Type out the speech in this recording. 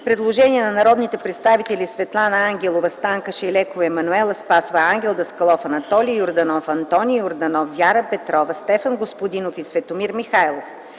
предложение от народните представители Светлана Ангелова, Станка Шайлекова, Емануела Спасова, Ангел Даскалов, Анатолий Йорданов, Антоний Йорданов, Вяра Петрова, Стефан Господинов и Светомир Михайлов,